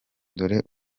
dore